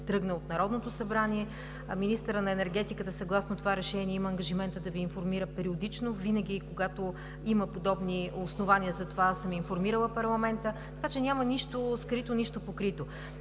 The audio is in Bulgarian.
тръгна от Народното събрание. Министърът на енергетиката съгласно това решение има ангажимента да Ви информира периодично. Винаги, когато има подобни основания за това, аз съм информирала парламента, така че няма нищо скрито, нищо покрито.